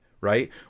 right